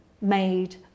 made